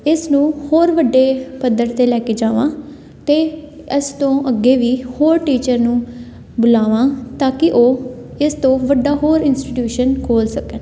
ਇਸ ਨੂੰ ਹੋਰ ਵੱਡੇ ਪੱਧਰ 'ਤੇ ਲੈ ਕੇ ਜਾਵਾਂ ਅਤੇ ਇਸ ਤੋਂ ਅੱਗੇ ਵੀ ਹੋਰ ਟੀਚਰ ਨੂੰ ਬੁਲਾਵਾਂ ਤਾਂ ਕਿ ਉਹ ਇਸ ਤੋਂ ਵੱਡਾ ਹੋਰ ਇੰਸਟੀਟਿਊਸ਼ਨ ਖੋਲ੍ਹ ਸਕਣ